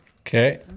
Okay